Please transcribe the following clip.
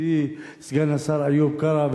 ידידי סגן השר איוב קרא,